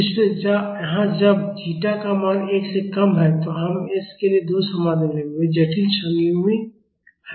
इसलिए यहाँ जब जीटा का मान 1 से कम है तो हमें s के लिए दो समाधान मिलेंगे वे जटिल संयुग्मी हैं